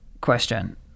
question